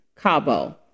Cabo